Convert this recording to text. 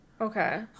Okay